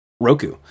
Roku